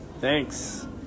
thanks